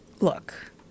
look